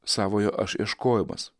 savojo aš ieškojimas